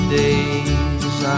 days